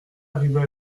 arriver